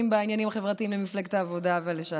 בעניינים החברתיים למפלגת העבודה ולש"ס.